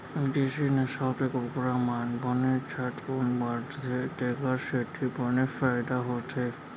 बिदेसी नसल के कुकरा मन बने झटकुन बाढ़थें तेकर सेती बने फायदा होथे